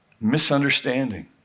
misunderstanding